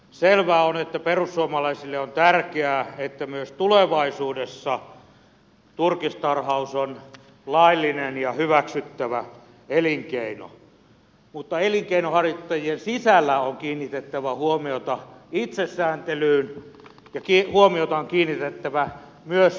selvää on että perussuomalaisille on tärkeää että myös tulevaisuudessa turkistarhaus on laillinen ja hyväksyttävä elinkeino mutta elinkeinonharjoittajien sisällä on kiinnitettävä huomiota itsesääntelyyn ja huomiota on kiinnitettävä myös viranomaisvalvontaan